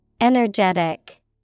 Energetic